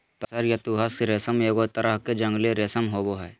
तसर या तुसह रेशम एगो तरह के जंगली रेशम होबो हइ